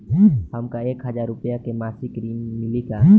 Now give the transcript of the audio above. हमका एक हज़ार रूपया के मासिक ऋण मिली का?